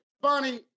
Bonnie